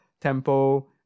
Tempo